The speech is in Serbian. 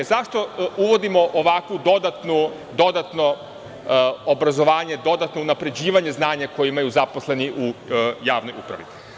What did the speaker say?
Zašto uvodimo ovakvo dodatno obrazovanje, dodatno unapređivanje znanja koje imaju zaposleni u javnoj upravi?